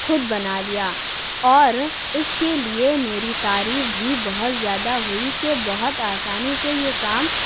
خود بنا لیا اور اس کے لیے میری تعریف بھی بہت زیادہ ہوئی کہ بہت آسانی سے یہ کام